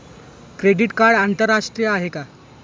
Credit card आंतरराष्ट्रीय आहे का?